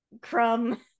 Crumb